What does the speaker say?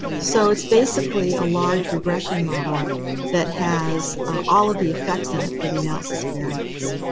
so it's basically a large regression model that has all of the effects in it for the analysis of variance.